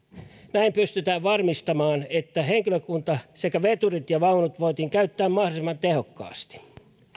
näin pystyttiin varmistamaan että henkilökunta sekä veturit ja vaunut voitiin käyttää mahdollisimman tehokkaasti